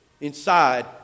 inside